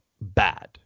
bad